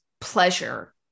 pleasure